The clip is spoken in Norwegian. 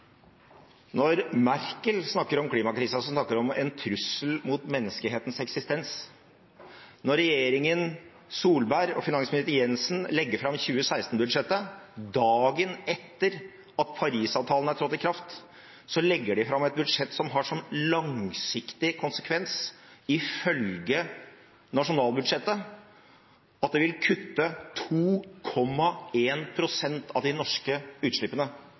trussel mot menneskehetens eksistens. Når regjeringen Solberg og finansminister Jensen legger fram 2016-budsjettet dagen etter at Paris-avtalen er trådt i kraft, legger de fram et budsjett som har som langsiktig konsekvens, ifølge nasjonalbudsjettet, at det vil kutte 2,1 pst. av de norske utslippene